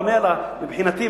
מבחינתי,